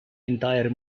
entire